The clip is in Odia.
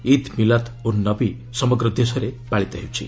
ଇଦ୍ ମିଲାଦ୍ ଉନ୍ ନବୀ ସମଗ୍ର ଦେଶରେ ପାଳିତ ହେଉଛି